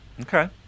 Okay